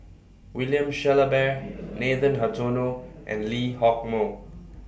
William Shellabear Nathan Hartono and Lee Hock Moh